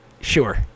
Sure